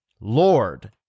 Lord